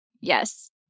Yes